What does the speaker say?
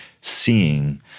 seeing